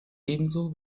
ebenso